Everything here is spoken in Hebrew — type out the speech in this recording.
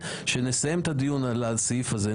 כשנסיים את הדיון על הסעיף הזה,